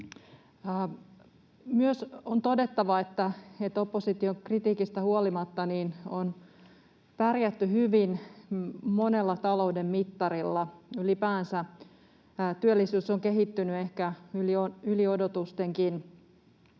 myös todettava, että opposition kritiikistä huolimatta on pärjätty hyvin ylipäänsä, monella talouden mittarilla. Työllisyys on kehittynyt ehkä yli odotustenkin.